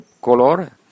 color